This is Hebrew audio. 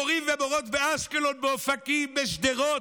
מורים ומורות באשקלון, באופקים, בשדרות,